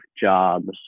jobs